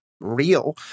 real